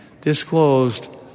disclosed